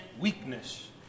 weakness